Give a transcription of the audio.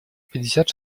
пятьдесят